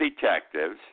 detectives